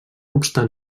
obstant